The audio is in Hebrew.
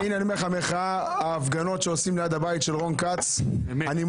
הינה אני אומר לך מחאה: ההפגנות שעושים ליד הבית של רון כץ אני מוחה.